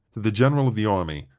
to the general of the army,